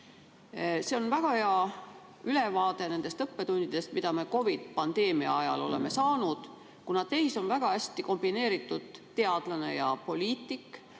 See oli väga hea ülevaade nendest õppetundidest, mida me COVID‑pandeemia ajal oleme saanud. Teis on väga hästi kombineeritud teadlane ja poliitik.